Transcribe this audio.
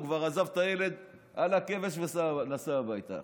הוא כבר עזב את הילד על הכבש ונסע הביתה.